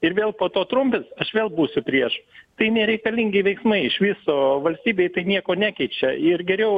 ir vėl po to trumpins aš vėl būsiu prieš tai nereikalingi veiksmai iš viso valstybei tai nieko nekeičia ir geriau